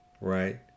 right